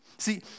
See